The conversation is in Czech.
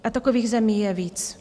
A takových zemí je víc.